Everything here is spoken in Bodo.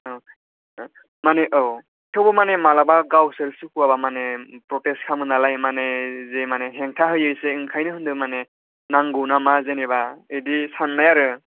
औ औ माने औ थेवबो माने मालाबा गावसोर सुखुवाबा माने फ्रटेस्ट खालामो नालाय माने जे माने हेंथा होयो जे ओंखायनो होनदों नांगौ ना मा जेनबा बिदि सानबाय आरो